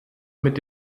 mit